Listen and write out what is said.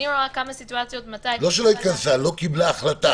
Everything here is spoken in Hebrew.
לא התקבלה החלטה.